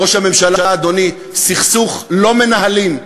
ראש הממשלה, אדוני, סכסוך לא מנהלים,